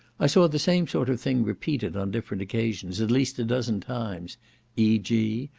i saw the same sort of thing repeated on different occasions at least a dozen times e g.